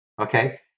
Okay